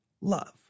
love